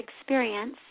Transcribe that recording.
experience